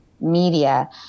media